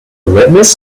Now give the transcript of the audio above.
litmus